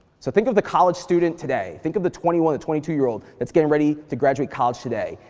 so think of the college student today. think of the twenty one, the twenty two year old that's getting ready to graduate college today.